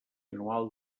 anual